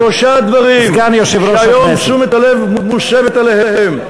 יש שלושה דברים שהיום תשומת הלב מוסבת אליהם: